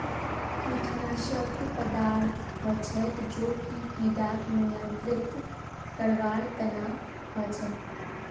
कीटनाशक पदार्थ हछेक जो कि किड़ाक नियंत्रित करवार तना हछेक